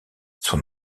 son